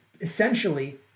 essentially